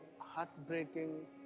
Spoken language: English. heartbreaking